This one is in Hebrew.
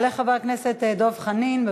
יעלה חבר הכנסת דב חנין.